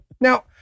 Now